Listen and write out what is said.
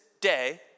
day